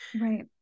right